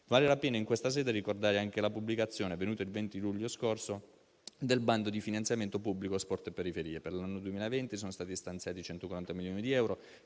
Vale la pena in questa sede ricordare anche la pubblicazione, avvenuta il 20 luglio ultimo scorso, del bando di finanziamento pubblico «Sport e Periferie». Per l'anno 2020 sono stati stanziati 140 milioni di euro,